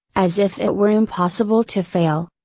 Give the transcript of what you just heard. as if it were impossible to fail.